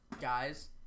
Guys